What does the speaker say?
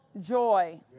joy